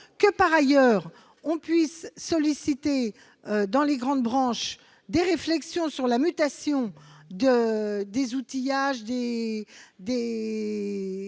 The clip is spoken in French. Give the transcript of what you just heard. Que, par ailleurs, on puisse solliciter, dans les grandes branches, des réflexions sur la mutation des outillages,